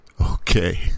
Okay